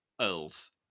earls